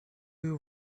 you